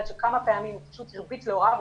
שכמה פעמים הוא פשוט הרביץ להוריו,